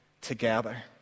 together